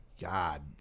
god